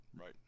Right